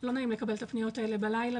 לא נעים לקבל את הפניות האלה בלילה,